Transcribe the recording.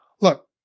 Look